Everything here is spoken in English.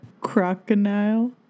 crocodile